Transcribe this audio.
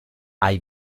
ivy